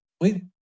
Wait